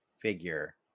figure